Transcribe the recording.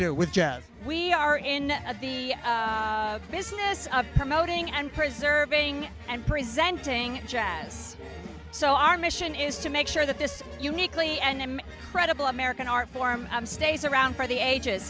do with jazz we are in the business of promoting and preserving and presenting jazz so our mission is to make sure that this uniquely and credible american art form stays around for the ages